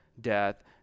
death